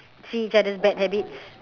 see each other's bad habits